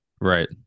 right